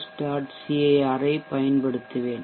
cir ஐப் பயன்படுத்துவேன்